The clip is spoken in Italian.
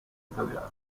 italiano